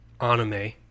anime